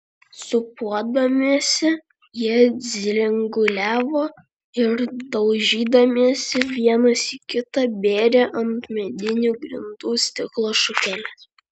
sūpuodamiesi jie dzinguliavo ir daužydamiesi vienas į kitą bėrė ant medinių grindų stiklo šukeles